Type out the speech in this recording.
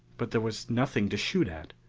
but there was nothing to shoot at.